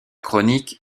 chronique